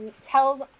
tells